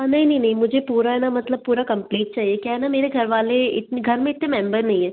हाँ नहीं नहीं नहीं मुझे पूरा है न मतलब पूरा कंप्लीट चाहिए क्या है न मेरे घर वाले इतने घर में इतने मेम्बर नहीं है